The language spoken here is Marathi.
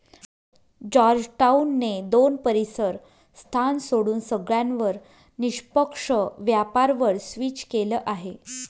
जॉर्जटाउन ने दोन परीसर स्थान सोडून सगळ्यांवर निष्पक्ष व्यापार वर स्विच केलं आहे